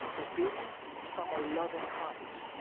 obedience from a loving heart.